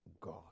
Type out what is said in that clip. God